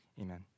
amen